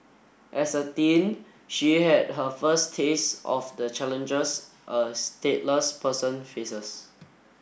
as a teen she had her first taste of the challenges a stateless person faces